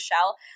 shell